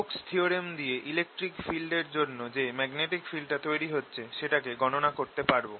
Stokes theorem দিয়ে electric field এর জন্য যে ম্যাগনেটিক ফিল্ডটা তৈরি হচ্ছে সেটাকে গণনা করতে পারব